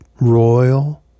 royal